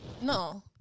No